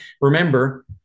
Remember